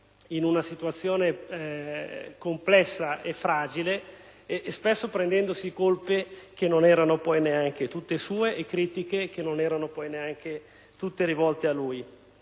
in una situazione complessa e fragile, spesso prendendosi colpe che non erano poi neanche tutte sue e critiche che non erano tutte rivolte solo